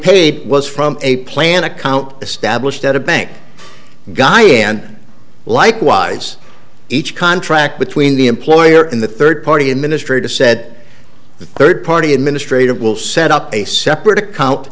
paid was from a planned account established at a bank guy again likewise each contract between the employer in the third party and ministry to said the third party administrative will set up a separate account